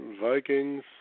Vikings